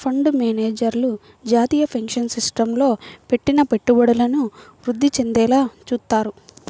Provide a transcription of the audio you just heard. fund మేనేజర్లు జాతీయ pension సిస్టమ్లో పెట్టిన పెట్టుబడులను వృద్ధి చెందేలా చూత్తారు